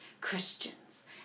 Christians